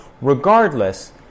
regardless